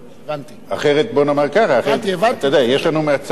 אחרת בוא נאמר כך, אתה יודע, יש לנו מצב בעייתי.